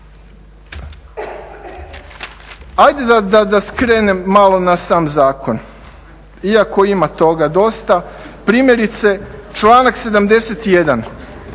Ajde da skrenem malo na sam zakon, iako ima toga dosta, primjerice članak 71.,